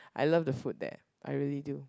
I love the food there I really do